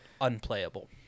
unplayable